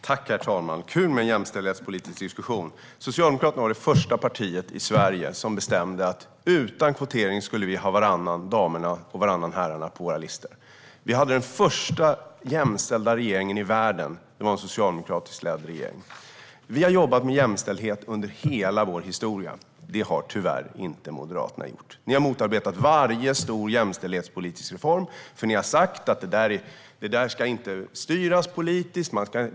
Herr talman! Kul med en jämställdhetspolitisk diskussion! Socialdemokraterna var det första partiet i Sverige som bestämde att vi utan kvotering skulle ha varannan damernas och varannan herrarnas på våra valsedlar. Den första jämställda regeringen i världen var en socialdemokratiskt ledd regering. Vi har jobbat med jämställdhet under hela vår historia. Det har tyvärr inte Moderaterna gjort. Ni har motarbetat varje stor jämställdhetspolitisk reform. Ni har sagt: "Det där ska inte styras politiskt.